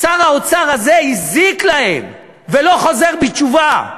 שר האוצר הזה הזיק להם, ולא חוזר בתשובה,